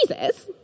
Jesus